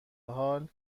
حال